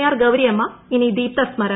R Gouriamma ഇനി ദീപ്ത സ്മരണ